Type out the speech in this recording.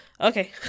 okay